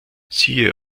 siehe